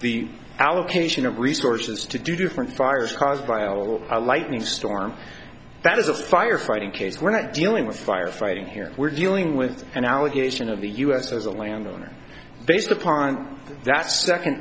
the allocation of resources to do different fires caused by a little lightning storm that is a fire fighting case we're not dealing with fire fighting here we're dealing with an allegation of the us as a landowner based upon that second